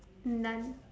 none